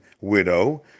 widow